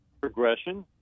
progression